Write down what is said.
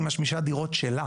היא משמישה דירות שלה